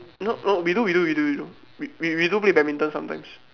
not not we do we do we do we do we we do play badminton sometimes